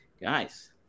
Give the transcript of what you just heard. guys